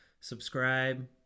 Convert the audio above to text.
Subscribe